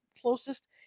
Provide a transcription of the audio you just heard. closest